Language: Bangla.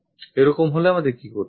এরকম হলে আমাদের কি করতে হবে